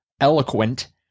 eloquent